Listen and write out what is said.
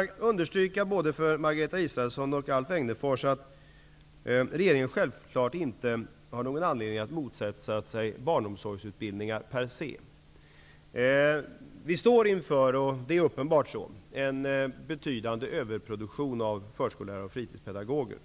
vill understryka inför både Margareta Israelsson och Alf Egnerfors att regeringen självfallet inte har någon anledning att motsätta sig barnomsorgsutbildningar per se. Det är uppenbart så, att vi står inför en betydande överproduktion av förskollärare och fritidspedagoger.